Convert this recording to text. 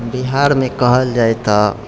बिहारमे कहल जाइ तऽ